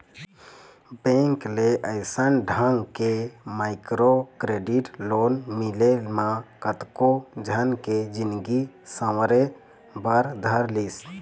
bank ले अइसन ढंग के माइक्रो क्रेडिट लोन मिले म कतको झन के जिनगी सँवरे बर धर लिस